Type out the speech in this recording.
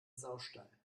saustall